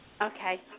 Okay